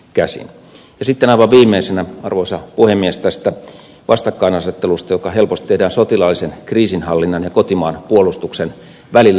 sitten aivan viimeisenä arvoisa puhemies tästä vastakkainasettelusta joka helposti tehdään sotilaallisen kriisinhallinnan ja kotimaan puolustuksen välillä